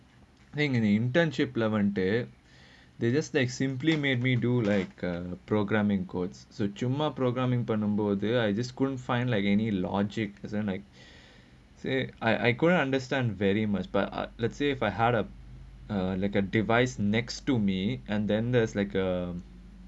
think an internship lamented they just like simply made me do like a programming codes so jump programming I just couldn't find like any logic isn't like say I I couldn't understand very much but uh let's say if I had a a like a device next to me and then there's like a